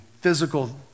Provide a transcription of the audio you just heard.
physical